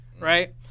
right